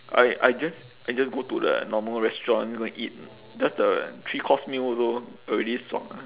I I just I just go to the normal restaurant go and eat just the three course meal also already 爽 ah